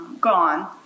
gone